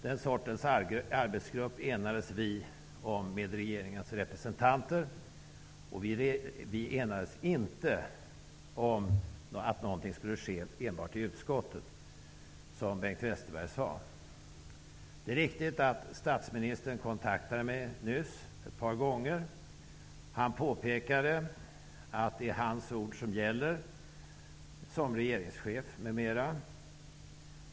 Den sortens arbetsgrupp enades vi om tillsammans med regeringens representanter. Men vi enades inte om att någonting skulle ske enbart i utskottet, som Bengt Westerberg sade. Det är riktigt att statsministern nyss kontaktat mig ett par gånger. Han påpekade att det är hans ord -- regeringschef m.m. som han är -- som gäller.